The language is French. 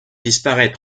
disparaît